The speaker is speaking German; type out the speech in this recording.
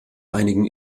einigen